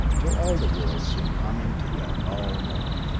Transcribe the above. till all the world seemed humming to that dull note.